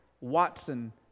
Watson